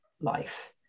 life